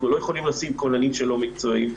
אנחנו לא יכולים לשים כוננים שהם לא מקצועיים.